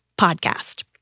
podcast